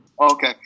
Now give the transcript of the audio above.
Okay